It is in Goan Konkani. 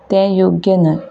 तें योग्य न्हय